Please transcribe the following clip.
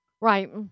Right